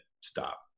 stop